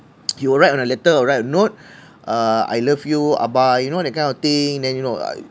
he will write on a letter or write a note uh I love you aba you know that kind of thing then you know